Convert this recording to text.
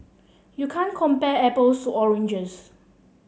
you can't compare apples to oranges